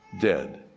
dead